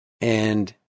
And-